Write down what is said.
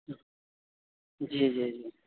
جی جی جی